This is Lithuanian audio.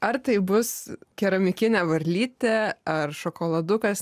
ar tai bus keramikinė varlytė ar šokoladukas